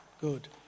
Good